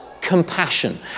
compassion